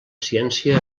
ciència